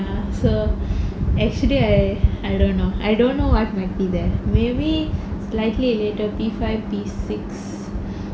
ya so actually I I don't know I don't know what might be there maybe slightly later P five P six